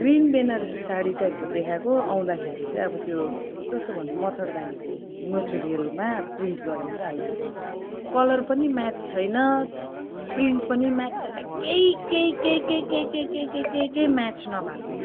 green Banarasi sari टाइपको देखाएको आउँदाखेरि चाहिँ अब त्यो कस्तो भन्नु मच्छडदानीको मटेरियलमा प्रिन्ट गरेको आइदिएको कलर पनि म्याच छैन प्रिन्ट पनि म्याच छैन केही केही केही केही केही केही केही केही केही केही केही म्याच नभएको